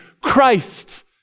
Christ